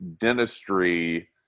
dentistry